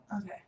Okay